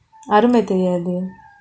அருமை தெரியாது:arumai theriyaathu